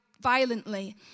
violently